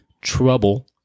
trouble